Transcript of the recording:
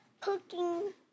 cooking